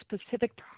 specific